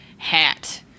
hat